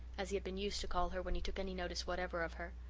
as he had been used to call her when he took any notice whatever of her.